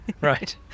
Right